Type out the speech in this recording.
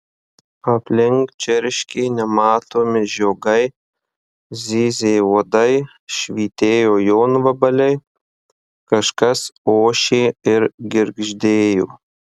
aplink čirškė nematomi žiogai zyzė uodai švytėjo jonvabaliai kažkas ošė ir girgždėjo